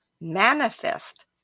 manifest